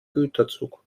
güterzug